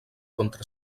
contra